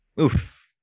Oof